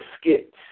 skit